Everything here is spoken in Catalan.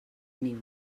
niu